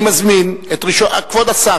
כבוד השר,